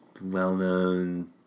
well-known